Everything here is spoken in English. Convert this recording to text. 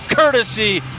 Courtesy